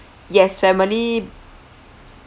yes family